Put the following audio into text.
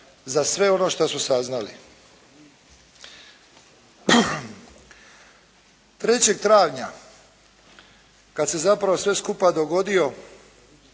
za sve ono što su saznali. Trećeg travnja kad se zapravo sve skupa dogodio